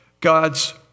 God's